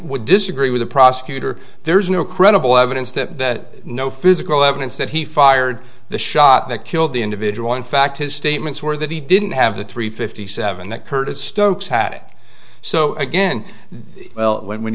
would disagree with the prosecutor there's no credible evidence that no physical evidence that he fired the shot that killed the individual in fact his statements were that he didn't have the three fifty seven that curtis stokes had it so again well when